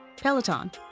Peloton